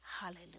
Hallelujah